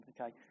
Okay